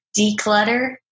Declutter